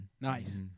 Nice